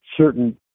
certain